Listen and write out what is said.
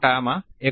2 થી 3